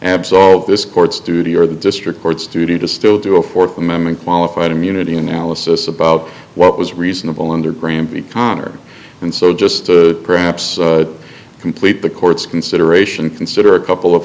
absolve this court's duty or the district court's duty to still do a fourth amendment qualified immunity analysis about what was reasonable under granby connor and so just to perhaps complete the court's consideration consider a couple of